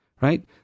Right